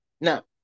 Now